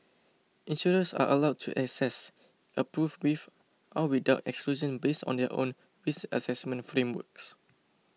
insurers are allowed to assess approve with or without exclusions based on their own risk assessment frameworks